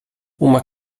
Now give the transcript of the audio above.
uma